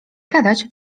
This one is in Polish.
gadać